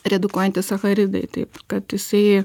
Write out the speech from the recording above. redukuojantis sacharidai taip kad jisai